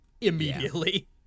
immediately